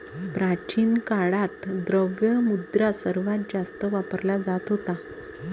प्राचीन काळात, द्रव्य मुद्रा सर्वात जास्त वापरला जात होता